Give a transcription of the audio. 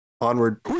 onward